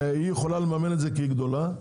שהי איכולה לממן את זה כי היא גדולה,